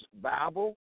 Bible